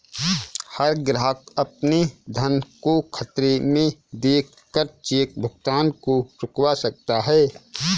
हर ग्राहक अपने धन को खतरे में देख कर चेक भुगतान को रुकवा सकता है